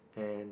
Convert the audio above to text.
and